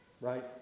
right